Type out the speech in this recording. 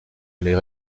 allait